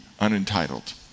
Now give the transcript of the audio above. unentitled